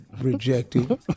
rejected